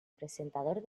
presentador